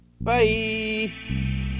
Bye